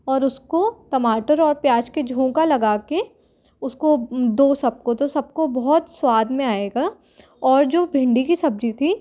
और उसको टमाटर और प्याज के झोंका लगा के उसको दाे सबको तो सबको बहुत स्वाद में आएगा और जो भिन्डी की सब्जी थी